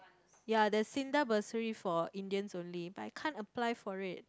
ya the Sinda bursary for Indians only but I can't apply for it